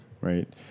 right